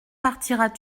partiras